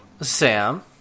Sam